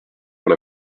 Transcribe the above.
pour